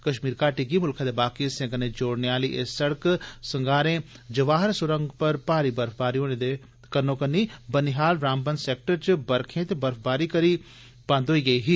कश्मीर वादी गी म्ल्खै दे बाकी हिस्से कन्नै जोड़ने आली ए सिड़क सोमवारे जवाहर स्रंग पर भारी बर्फबारी होने ते बनीहाल रामबन सैक्टर च बरखें ते बर्फबारी करी बंद होई गेई ही